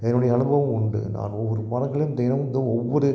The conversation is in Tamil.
என்னுடைய அனுபவம் உண்டு நான் ஒவ்வொரு மரங்களையும் தினமும் வந்து ஒவ்வொரு